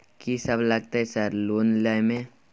कि सब लगतै सर लोन लय में?